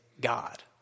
God